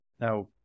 Now